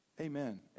Amen